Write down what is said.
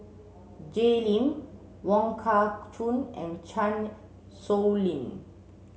Jay Lim Wong Kah Chun and Chan Sow Lin